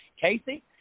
Casey